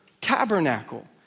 tabernacle